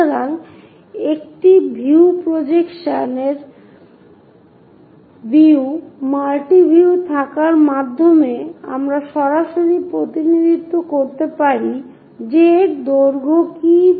সুতরাং একটি view projection এর ভিউ মাল্টি ভিউ থাকার মাধ্যমে আমরা সরাসরি প্রতিনিধিত্ব করতে পারি যে এর দৈর্ঘ্য কী